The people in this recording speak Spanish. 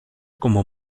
como